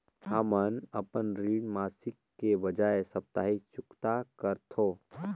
हमन अपन ऋण मासिक के बजाय साप्ताहिक चुकता करथों